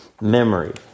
memory